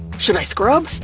should i scrub?